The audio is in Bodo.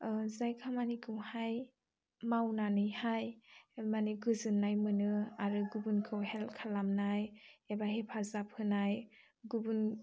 जाय खामानिखौहाय मावनानैहाय माने गोजोननाय मोनो आरो गुबुनखौ हेल्प खालामनाय एबा हेफाजाब होनाय गुबुन